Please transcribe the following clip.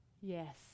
yes